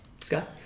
Scott